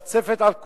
מצפצפת על כולם,